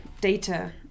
data